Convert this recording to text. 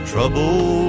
Trouble